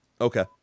Okay